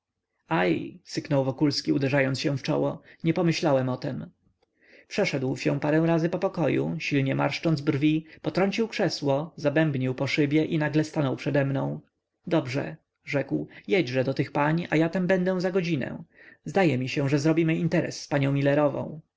syknął wokulski uderzając się w czoło nie pomyślałem o tem przeszedł się parę razy po pokoju silnie marszcząc brwi potrącił krzesło zabębnił po szybie i nagle stanął przedemną dobrze rzekł jedźże do tych pań a ja tam będę za godzinę zdaje mi się że zrobimy interes z panią milerową